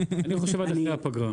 אני חושב שעד אחרי הפגרה.